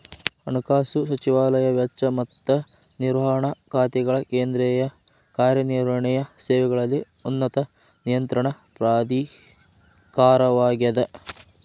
ಹಣಕಾಸು ಸಚಿವಾಲಯ ವೆಚ್ಚ ಮತ್ತ ನಿರ್ವಹಣಾ ಖಾತೆಗಳ ಕೇಂದ್ರೇಯ ಕಾರ್ಯ ನಿರ್ವಹಣೆಯ ಸೇವೆಗಳಲ್ಲಿ ಉನ್ನತ ನಿಯಂತ್ರಣ ಪ್ರಾಧಿಕಾರವಾಗ್ಯದ